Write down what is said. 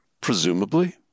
Presumably